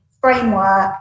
framework